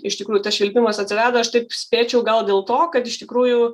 iš tikrųjų tas švilpimas atsirado aš taip spėčiau gal dėl to kad iš tikrųjų